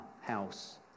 house